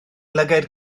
lygaid